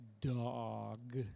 dog